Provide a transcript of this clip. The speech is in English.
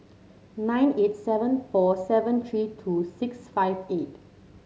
nine eight seven four seven three two six five eight